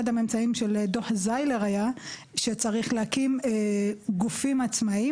אחד הממצאים של דו"ח זיילר היה שצריך להקים גופים עצמאיים,